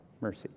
Mercy